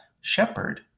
shepherd